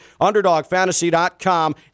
underdogfantasy.com